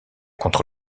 contre